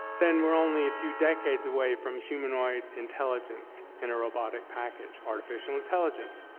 then we're only a few decades away from humanoid intelligence in a robotic package, artificial intelligence,